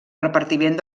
repartiment